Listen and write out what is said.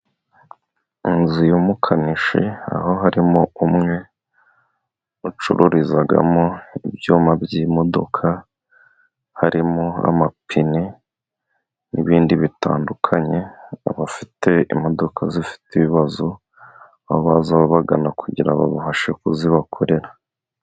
Inzu y'umukanishi aho harimo umwe ucururizamo ibyuma by'imodoka harimo amapine n'ibindi bitandukanye. Abafite imodoka zifite ibibazo aho baza babagana kugira ngo babafashe kuzibakorera.